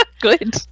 Good